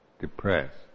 depressed